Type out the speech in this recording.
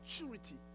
maturity